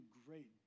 great